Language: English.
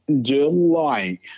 July